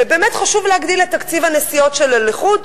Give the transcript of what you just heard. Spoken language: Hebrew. ובאמת חשוב להגדיל את תקציב הנסיעות שלו לחו"ל,